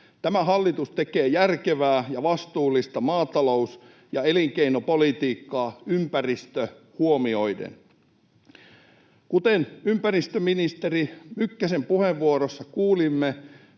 Tämä hallitus tekee järkevää ja vastuullista maatalous- ja elinkeinopolitiikkaa ympäristö huomioiden. Kuten ympäristöministeri Mykkäsen puheenvuorossa kuulimme,